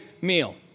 meal